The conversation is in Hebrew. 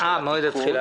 הלקונה,